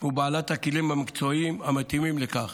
ובעלות הכלים המקצועיים המתאימים לכך.